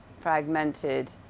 fragmented